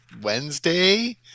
Wednesday